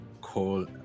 call